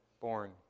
born